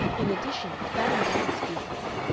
in addition, the fadden dance business,